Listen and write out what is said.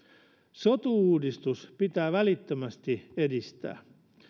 sotu uudistusta pitää välittömästi edistää